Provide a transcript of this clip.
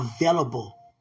available